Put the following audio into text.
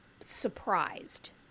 surprised